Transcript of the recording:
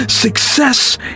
Success